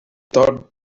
thought